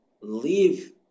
leave